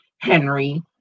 Henry